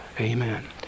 Amen